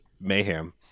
mayhem